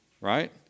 right